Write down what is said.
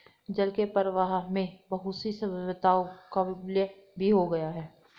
जल के प्रवाह में बहुत सी सभ्यताओं का विलय भी हो गया